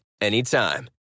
anytime